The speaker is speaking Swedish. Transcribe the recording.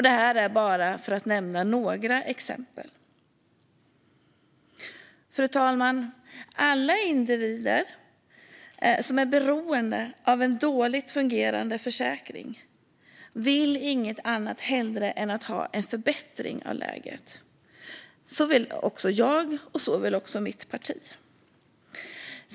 Detta är bara några exempel. Fru talman! Alla individer som är beroende av en dåligt fungerande försäkring vill inte ha något annat än en förbättring av läget. Det vill också jag och mitt parti.